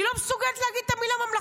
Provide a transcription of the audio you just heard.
היא לא מסוגלת להגיד את המילה "ממלכתית".